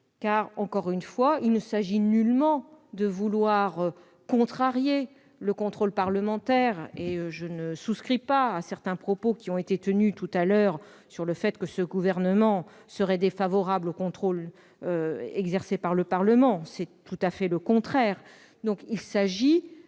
car- je le redis -il ne s'agit nullement de contrarier le contrôle parlementaire ? Et je ne souscris pas à certains propos qui ont été tenus tout à l'heure, selon lesquels ce gouvernement serait défavorable au contrôle exercé par le Parlement. C'est le contraire